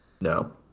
no